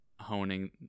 honing